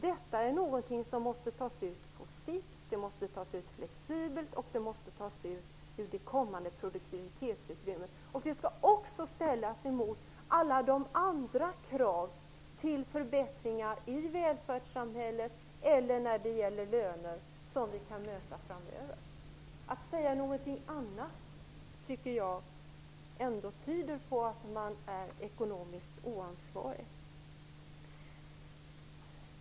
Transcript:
Detta är något som måste tas ut på sikt, det måste tas ut flexibelt, och det måste tas ur det kommande produktivitetsutrymmet. Det skall också ställas mot alla andra krav till förbättringar i välfärdssamhället eller när det gäller löner som vi kan möta framöver. Att säga någonting annat tycker jag ändå tyder på att man är ekonomiskt oansvarig.